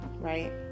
right